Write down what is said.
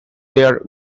their